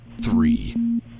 three